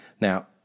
Now